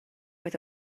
oedd